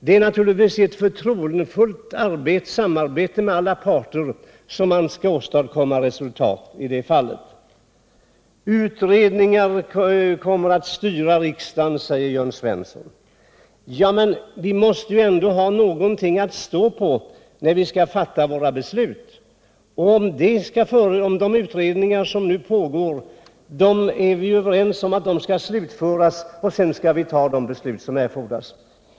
Det är naturligtvis genom ett förtroendefullt samarbete mellan alla parter som man kan åstadkomma resultat. Utredningar kommer att styra riksdagen, säger Jörn Svensson. Men vi måste ändå ha någonting att stå på, när vi fattar våra beslut. Vi är ju överens om att de pågående utredningarna skall slutföras, varefter vi skall fatta de beslut som erfordras.